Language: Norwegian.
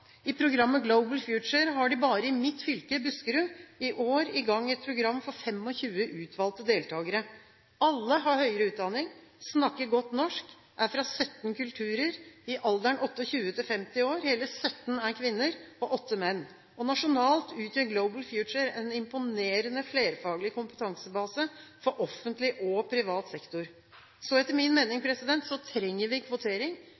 I programmet Global Future har de bare i mitt fylke, Buskerud, i år i gang et program for 25 utvalgte deltakere. Alle har høyere utdanning, snakker godt norsk, er fra 17 kulturer og er i alderen 28–50 år. Hele 17 er kvinner, og 8 er menn. Nasjonalt utgjør Global Future en imponerende flerfaglig kompetansebase for offentlig og privat sektor. Så etter min mening trenger vi kvotering.